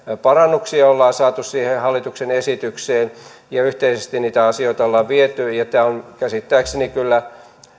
parannuksia ollaan saatu siihen hallituksen esitykseen ja yhteisesti niitä asioita ollaan viety eteenpäin ja tämä on käsittääkseni kyllä